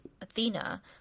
athena